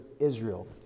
Israel